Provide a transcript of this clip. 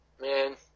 man